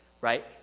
right